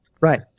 Right